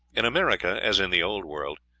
in america, as in the old world,